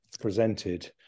presented